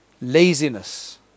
laziness